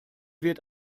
wird